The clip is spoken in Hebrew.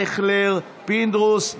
פטין מולא